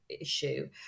issue